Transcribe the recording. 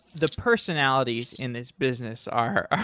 the personalities in this business are